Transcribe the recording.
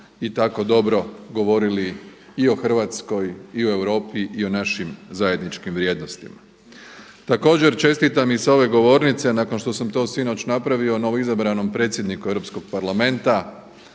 i tako dobro govorili i o Hrvatskoj i o Europi i o našim zajedničkim vrijednostima. Također čestitam i sa ove govornica nakon što sam to sinoć napravio novoizabranom predsjedniku Europskog parlamenta